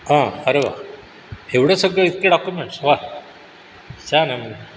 हां अरे वा एवढं सगळं इतके डाकुमेंट्स वा छान आहे मग